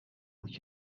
moet